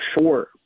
sure